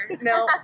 No